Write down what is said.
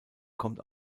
kommt